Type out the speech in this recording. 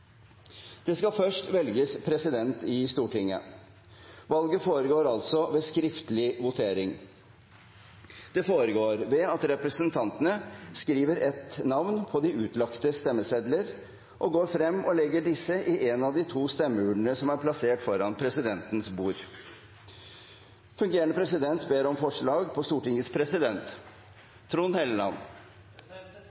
Det skal først velges president i Stortinget. Valget foregår altså ved skriftlig votering. Det foregår ved at representantene skriver ett navn på de utlagte stemmesedler og går frem og legger disse i en av de to stemmeurnene som er plassert foran presidentens bord. Fungerende president ber om forslag på Stortingets president